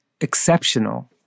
exceptional